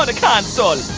but console!